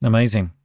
Amazing